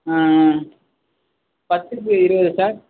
பத்துக்கு இருபது சார்